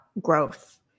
Growth